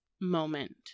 moment